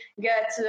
get